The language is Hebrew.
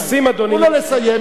מנסים, אדוני, תנו לו לסיים.